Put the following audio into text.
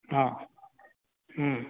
आं